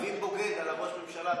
אומרים "בוגד" על ראש הממשלה,